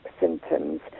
symptoms